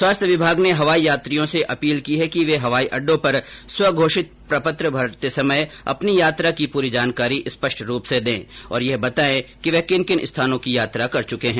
स्वास्थ्य विभाग ने हवाई यात्रियों से अपील की है कि वे हवाई अड्डो पर स्वघोषित प्रपत्र भरते समय अपनी यात्रा की प्ररी जानकारी स्पष्ट रूप से दें और यह बताएं कि वह किन किन स्थानों की यात्रा कर चुके है